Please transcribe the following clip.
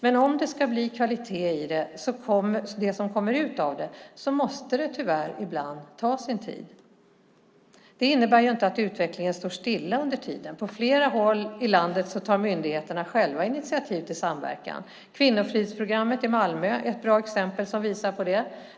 Men om det ska bli kvalitet i det som kommer ut av arbetet måste det tyvärr ibland ta sin tid. Det innebär inte att utvecklingen under tiden står stilla. På flera håll i landet tar myndigheterna själva initiativ till samverkan. Kvinnofridsprogrammet i Malmö är ett bra exempel.